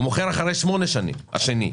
הוא מוכר אחרי שמונה שנים, השני.